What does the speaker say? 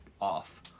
off